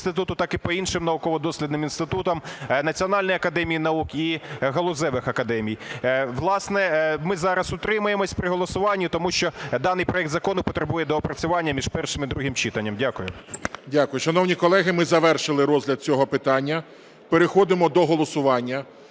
так і по іншим науково-дослідним інститутам Національної академії наук і галузевих академій. Власне, ми зараз утримаємося при голосуванні, тому що даний проект закону потребує доопрацювання між першим і другим читанням. Дякую. ГОЛОВУЮЧИЙ. Дякую. Шановні колеги, ми завершили розгляд цього питання, переходимо до голосування.